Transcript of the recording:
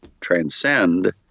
transcend